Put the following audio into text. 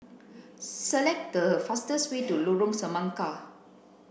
select the fastest way to Lorong Semangka